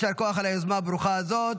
יישר כוח על היוזמה הברוכה הזאת.